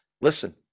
Listen